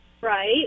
Right